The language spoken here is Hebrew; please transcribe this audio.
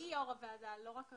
מי יושב ראש הוועדה הבין-משרדית?